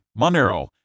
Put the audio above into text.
Monero